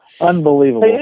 Unbelievable